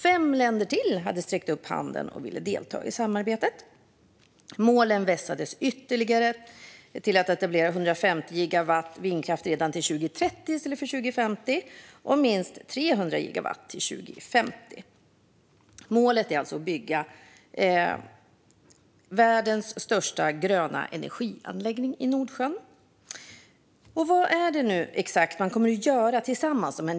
Fem länder till hade alltså räckt upp handen och velat delta i samarbetet. Målen vässades ytterligare till att man skulle etablera 150 gigawatt vindkraft redan till 2030 i stället för 2050 och minst 300 gigawatt till 2050. Målet är alltså att bygga världens största gröna energianläggning i Nordsjön. Vad är det exakt som de nio länderna kommer att göra tillsammans?